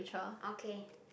okay